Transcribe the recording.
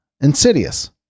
Insidious